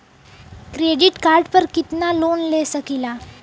Credit card पर कितनालोन ले सकीला?